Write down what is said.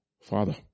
Father